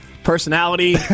Personality